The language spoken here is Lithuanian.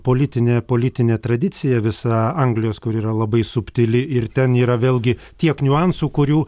politinė politinė tradicija visa anglijos kur yra labai subtili ir ten yra vėlgi tiek niuansų kurių